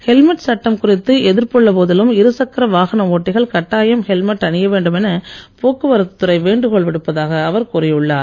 helmet சட்டம் குறித்து எதிர்ப்புள்ள போதிலும் இருசக்கர வாகன ஓட்டிகள் கட்டாயம் ஹெல்மெட் அணிய வேண்டும் என போக்குவரத்து துறை வேண்டுகோள் விடுப்பதாக அவர் கூறியுள்ளார்